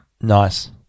nice